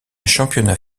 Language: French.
championnat